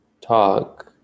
talk